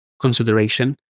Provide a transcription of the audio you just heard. consideration